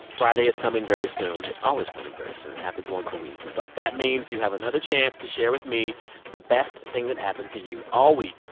friday is coming very soon. it's always coming very soon. it happens once a week. but that means you have another chance to share with me the best thing that happened to you all week.